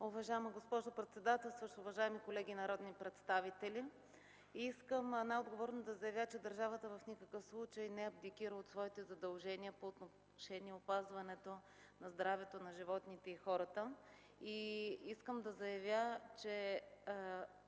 Уважаема госпожо председател, уважаеми колеги народни представители! Искам най-отговорно да заявя, че държавата в никакъв случай не абдикира от своите задължения по отношение на опазването на здравето на животните и хората. Искам да заявя, че